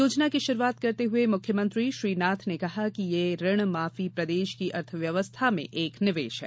योजना की शुरूआत करते हुये मुख्यमंत्री श्री नाथ ने कहा कि यह ऋण माफी प्रदेश की अर्थव्यवस्था में एक निवेश है